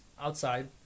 outside